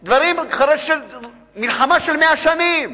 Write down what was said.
עד היום דברים, מלחמה של מאה שנים.